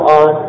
on